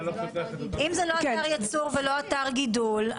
--- אם זה לא אתר ייצור ולא אתר גידול,